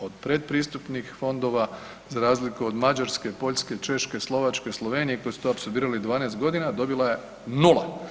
Od pretpristupnih fondova za razliku od Mađarske, Poljske, Češke, Slovačke i Slovenije koje su to apsorbirale 12 godina dobila je nula.